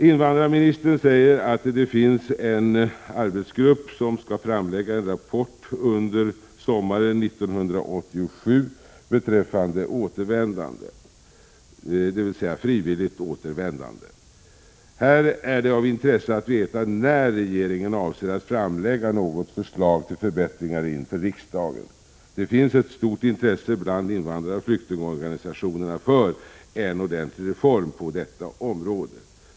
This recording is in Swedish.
Invandrarministern säger att det finns en arbetsgrupp som skall framlägga rapport under sommaren 1987 beträffande frivilligt återvändande. Här är det av intresse att veta när regeringen avser att inför riksdagen framlägga förslag till förbättringar. Det finns ett stort intresse bland invandrare och flyktingorganisationer för en ordentlig reform på detta område.